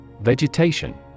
Vegetation